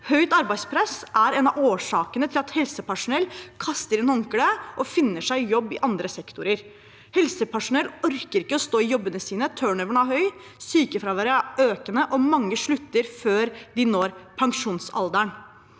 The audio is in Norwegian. Høyt arbeidspress er en av årsakene til at helsepersonell kaster inn håndkleet og finner seg jobb i andre sektorer. Helsepersonell orker ikke å stå i jobbene sine. Turnoveren er høy, sykefraværet er økende, og mange slutter før de når pensjonsalderen.